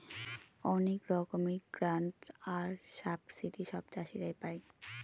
অনেক রকমের গ্রান্টস আর সাবসিডি সব চাষীরা পাই